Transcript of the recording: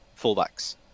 fullbacks